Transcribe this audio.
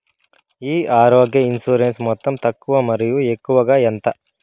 ఈ ఆరోగ్య ఇన్సూరెన్సు మొత్తం తక్కువ మరియు ఎక్కువగా ఎంత?